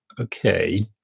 okay